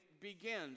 begins